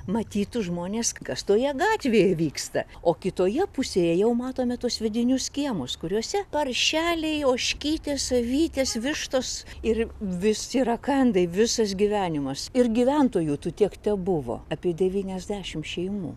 matytų žmonės kas toje gatvėje vyksta o kitoje pusėje jau matome tuos vidinius kiemus kuriuose paršeliai ožkytės avytės vištos ir visi rakandai visas gyvenimas ir gyventojų tų tiek tebuvo apie devyniasdešim šeimų